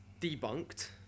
debunked